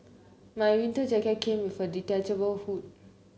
my winter jacket came with a detachable hood